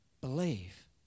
Believe